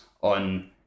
on